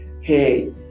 Hey